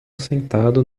sentado